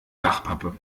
dachpappe